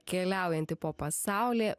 keliaujanti po pasaulį